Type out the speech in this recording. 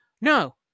no